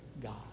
God